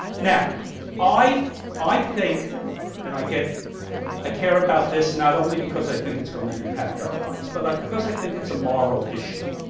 now i i think and i get i care about this not only because i think it's going to impact our lives but like because i think it's a moral issue.